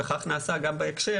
וכך נעשה בהקשר